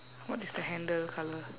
what is the handle colour